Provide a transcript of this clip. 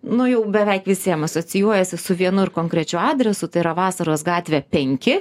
nu jau beveik visiem asocijuojasi su vienu ir konkrečiu adresu tai yra vasaros gatvė penki